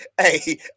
hey